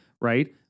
right